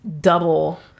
double